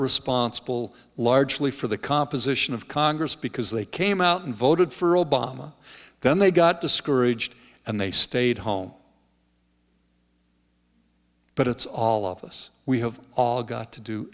responsible largely for the composition of congress because they came out and voted for obama then they got discouraged and they stayed home but it's all of us we have all got to do